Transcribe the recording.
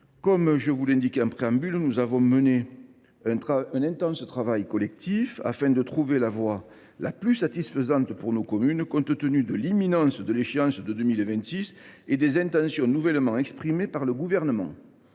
Comme je vous l’indiquais en préambule, nous avons mené un intense travail collectif afin de trouver la voie la plus satisfaisante pour nos communes, compte tenu de l’imminence de l’échéance de 2026 et des intentions nouvellement exprimées par le Gouvernement.